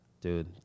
dude